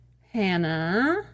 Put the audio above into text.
Hannah